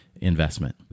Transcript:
investment